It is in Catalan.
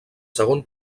segon